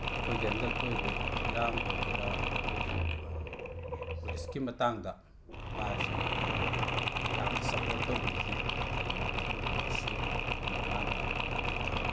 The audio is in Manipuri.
ꯑꯩꯈꯣꯏꯒꯤ ꯍꯟꯗꯛ ꯊꯣꯛꯏꯕ ꯏꯔꯥꯡ ꯑꯣꯏꯒꯦꯔꯥ ꯑꯩꯈꯣꯏꯒꯤ ꯄꯨꯂꯤꯁꯀꯤ ꯃꯇꯥꯡꯗ ꯃꯥꯁꯤ ꯌꯥꯝꯅ ꯁꯄꯣꯔꯠ ꯇꯧꯕꯤꯈꯤ ꯀꯩꯒꯤꯅꯣ ꯍꯥꯏꯕ ꯃꯇꯝꯗ ꯑꯩꯈꯣꯏ ꯄꯨꯂꯤꯁꯁꯤ ꯃꯥꯅ ꯌꯥꯝꯅ ꯊꯥꯒꯠ